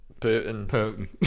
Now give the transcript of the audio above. Putin